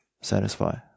satisfy